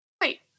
wait